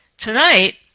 tonight